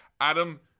Adam